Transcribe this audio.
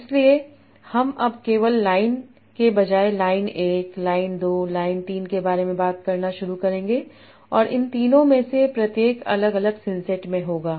इसलिए हम अब केवल लाइन के बजाय लाइन 1 लाइन 2 लाइन 3 के बारे में बात करना शुरू करेंगे और इन तीनों में से प्रत्येक अलग अलग सिंसेट में होगा